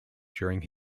during